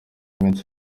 iminsi